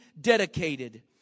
dedicated